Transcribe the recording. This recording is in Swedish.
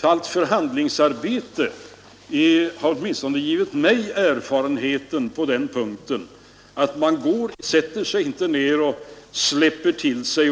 Allt förhandlingsarbete har givit åtminstone mig den erfarenheten att man under normala förhållanden inte släpper till sig